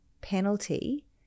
penalty